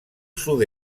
sud